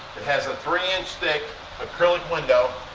it has a three inch thick acrylic window.